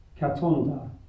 Katonda